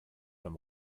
beim